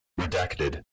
Redacted